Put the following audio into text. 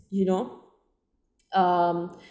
you know um